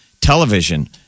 television